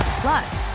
Plus